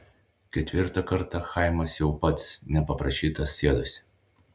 ketvirtą kartą chaimas jau pats nepaprašytas sėdosi